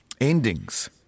endings